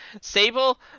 sable